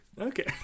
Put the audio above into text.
Okay